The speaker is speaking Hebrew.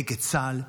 נגד צה"ל,